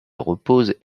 reposent